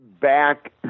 back